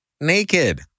naked